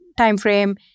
timeframe